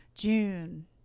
june